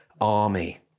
army